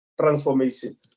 transformation